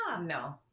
No